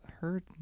heard